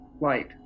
light